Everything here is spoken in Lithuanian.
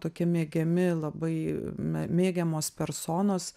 tokie mėgiami labai me mėgiamos personos